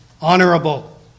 honorable